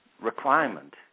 requirement